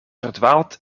verdwaalt